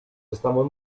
estamos